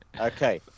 Okay